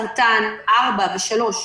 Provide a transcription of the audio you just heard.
סרטן, ארבע ושלוש.